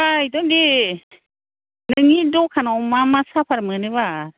ओइ दन्दि नोंनि दखानाव मा मा सापात मोनोबा